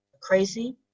Crazy